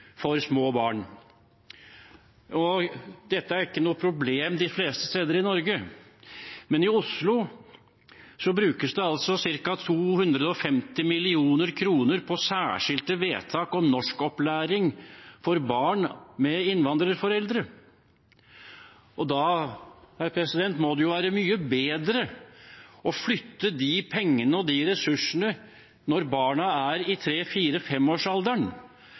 for små barn. Dette er ikke noe problem de fleste steder i Norge, men i Oslo brukes det altså ca. 250 mill. kr på særskilte vedtak og norskopplæring for barn med innvandrerforeldre. Da må det være mye bedre å flytte de pengene og de ressursene og bruke dem når barna er i